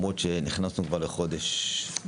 חודש מאי למרות שנכנסנו כבר לחודש יוני